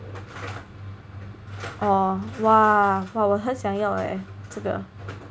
orh !wah! !wah! 我很想要 leh 这个